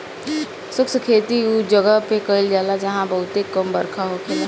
शुष्क खेती उ जगह पे कईल जाला जहां बहुते कम बरखा होखेला